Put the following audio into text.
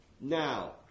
Now